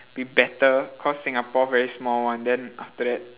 be better cause Singapore very small [one] then after that